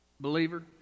Believer